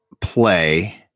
play